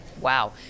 Wow